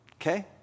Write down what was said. okay